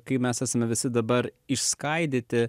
kai mes esame visi dabar išskaidyti